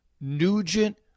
Nugent